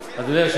חס וחלילה, לא.